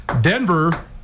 Denver